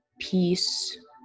peace